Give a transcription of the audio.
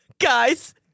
Guys